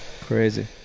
Crazy